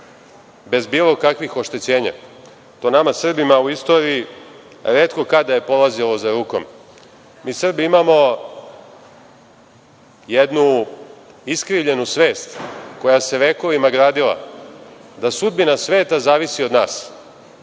bez bilo kakvih oštećenja. To nama Srbima u istoriji retko kad da je polazilo za rukom. Mi Srbi imamo jednu iskrivljenu svest koja se vekovima gradila, da sudbina sveta zavisi od nas